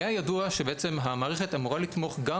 היה ידוע שהמערכת אמורה לתמוך גם